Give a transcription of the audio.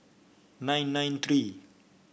nine nine three